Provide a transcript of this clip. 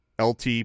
LT